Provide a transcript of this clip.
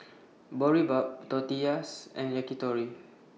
Boribap Tortillas and Yakitori